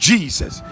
Jesus